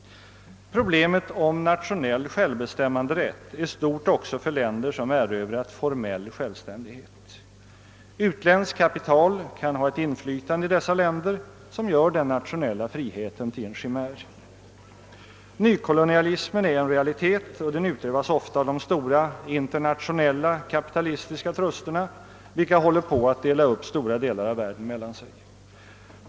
Problemet om nationell självbestämmanderätt är stort också för länder som erövrat formell självständighet. Utländskt kapital kan ha ett inflytande i dessa länder som gör den nationella friheten till en chimär. Nykolonialismen är en realitet och den utövas ofta av de stora »internationella» kapitalistiska trusterna, vilka håller på att dela upp stora delar av världen mellan sig.